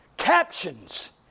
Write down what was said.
Captions